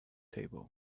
table